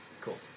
Cool